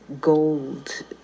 gold